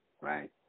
right